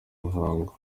ruhango